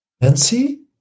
Nancy